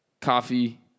coffee